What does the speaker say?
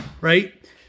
right